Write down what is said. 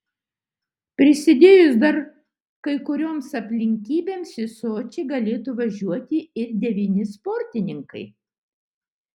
prisidėjus dar kai kurioms aplinkybėms į sočį galėtų važiuoti ir devyni sportininkai